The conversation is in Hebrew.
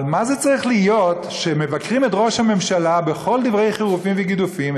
אבל מה זה צריך להיות שמבקרים את ראש הממשלה בכל דברי חירופים וגידופים,